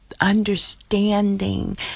understanding